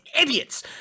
idiots